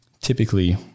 typically